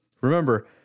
Remember